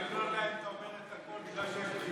אני עוד לא יודע אם אתה אומר הכול בגלל בחירות